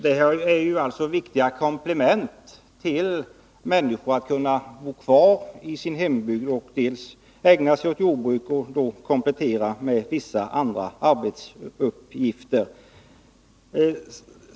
Det gjordes ju stora insatser för att människor skulle kunna bo kvar i sin hembygd och ägna sig åt jordbruk, kompletterat med vissa andra arbetsuppgifter.